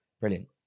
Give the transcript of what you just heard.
Brilliant